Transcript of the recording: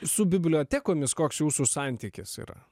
su bibliotekomis koks jūsų santykis yra